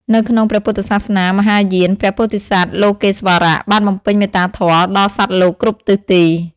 នៅក្នុងព្រះពុទ្ធសាសនាមហាយាន ព្រះពោធិសត្វ លោកេស្វរៈ បានបំពេញមេត្តាធម៌ដល់សត្វលោកគ្រប់ទិសទី។